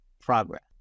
progress